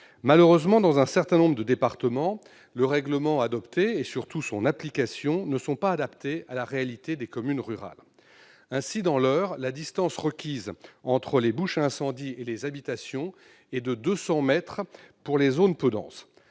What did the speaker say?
Malheureusement, dans un certain nombre de départements, le règlement adopté et surtout son application ne sont pas adaptés à la réalité des communes rurales. Dans l'Eure, par exemple, la distance requise entre les bouches à incendie et les habitations est de 200 mètres pour les zones peu denses.